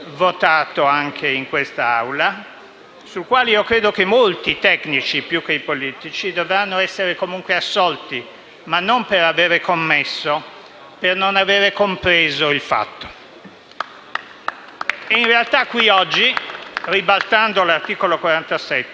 In realtà qui oggi, ribaltando l'articolo 47 della Costituzione, non si tutela il risparmio disciplinando il credito, si disciplina il risparmio e lo si fa in modo inaccettabile e incostituzionale.